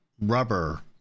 rubber